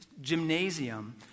gymnasium